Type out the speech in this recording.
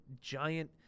giant